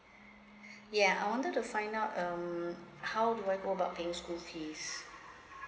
ya I wanted to find out um how do I go about paying school fees